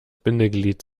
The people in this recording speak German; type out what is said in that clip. bindeglied